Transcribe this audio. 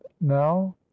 now